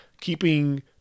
keeping